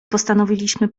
postanowiliśmy